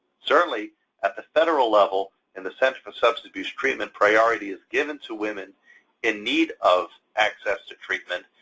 certainly at the federal level and the center for substance abuse treatment, priority is given to women in need of access to treatment,